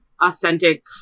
Authentic